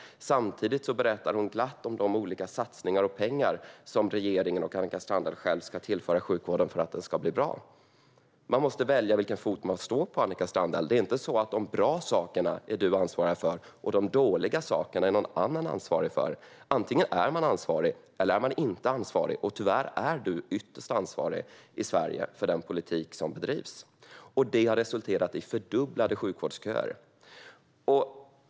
Samtidigt berättar hon glatt om olika satsningar och om de pengar som regeringen och Annika Strandhäll ska tillföra sjukvården för att den ska bli bra. Man måste välja vilken fot man vill stå på, Annika Strandhäll. Det är inte så att du är ansvarig för de bra sakerna och någon annan är ansvarig för de dåliga sakerna. Antingen är man ansvarig eller så är man det inte, och tyvärr är du ytterst ansvarig för den politik som bedrivs i Sverige. Detta har resulterat i fördubblade sjukvårdsköer.